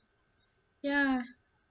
ya